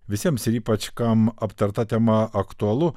visiems ir ypač kam aptarta tema aktualu